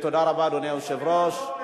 אדוני היושב-ראש, תודה רבה.